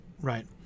right